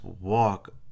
walk